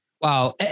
Wow